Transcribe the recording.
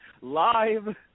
live